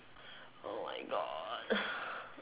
oh my god